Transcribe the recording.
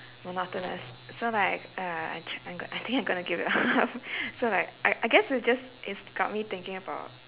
monotonous so like ah ya I tr~ I go~ I think I gotta give it up so like I I guess it's just it's got me thinking about